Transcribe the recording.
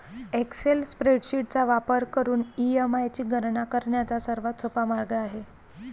Excel spreadsheet चा वापर करून ई.एम.आय ची गणना करण्याचा सर्वात सोपा मार्ग आहे